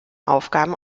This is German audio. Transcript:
aufgaben